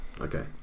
Okay